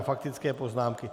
Faktické poznámky.